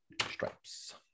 stripes